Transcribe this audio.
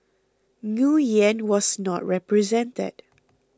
Nguyen was not represented